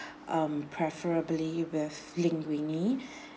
um preferably with linguine